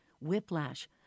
whiplash